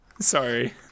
Sorry